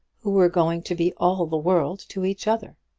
who were going to be all the world to each other?